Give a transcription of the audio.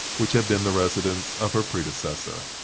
which had been the residence of her predecessor.